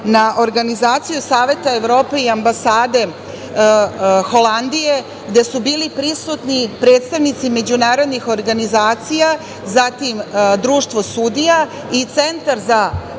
na organizaciju Saveta Evrope i Ambasade Holandije gde su bili prisutni predstavnici međunarodnih organizacija, zatim Društvo sudija i Centar za